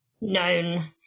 known